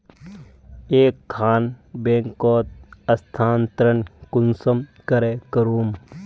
एक खान बैंकोत स्थानंतरण कुंसम करे करूम?